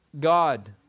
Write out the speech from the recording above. God